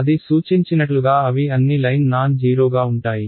అది సూచించినట్లుగా అవి అన్ని లైన్ నాన్జీరో గా ఉంటాయి